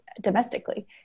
domestically